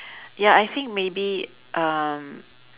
ya I think maybe um